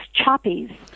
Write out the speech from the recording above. Choppies